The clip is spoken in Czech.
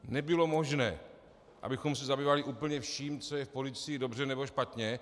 Nebylo možné, abychom se zabývali úplně vším, co je v policii dobře nebo špatně.